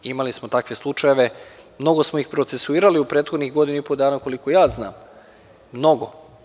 Imali smo takve slučajeve, mnogo smo ih procesuirali u prethodnih godinu i po dana, koliko ja znam, mnogo.